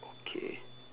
okay